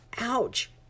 Ouch